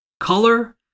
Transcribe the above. Color